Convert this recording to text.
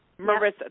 Marissa